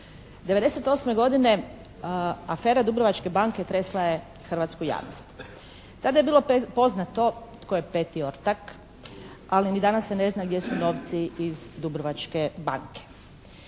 '98. godine afera "Dubrovačke banke" tresla je hrvatsku javnost. Tada je bilo poznato tko je 5. ortak ali ni danas se ne zna gdje su novi iz "Dubrovačke banke".